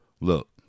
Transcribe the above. Look